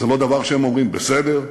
זה לא דבר שהם אומרים: בסדר,